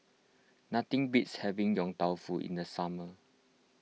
nothing beats having Yong Tau Foo in the summer